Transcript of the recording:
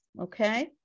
Okay